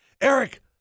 Eric